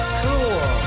cool